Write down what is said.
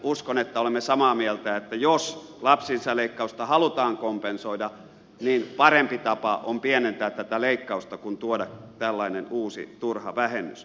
uskon että siitä olemme samaa mieltä että jos lapsilisäleikkausta halutaan kompensoida niin parempi tapa on pienentää tätä leikkausta kuin tuoda tällainen uusi turha vähennys